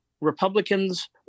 Republicans